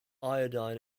iodine